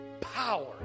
power